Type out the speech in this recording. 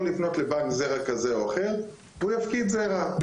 לפנות לבנק זרע כזה או אחר והוא יפקיד זרע.